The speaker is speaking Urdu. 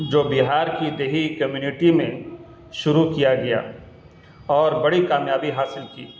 جو بہار کی دیہی کمیونٹی میں شروع کیا گیا اور بڑی کامیابی حاصل کی